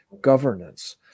governance